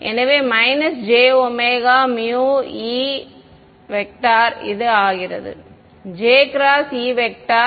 எனவே jωμE இது ஆகிறது ∇xE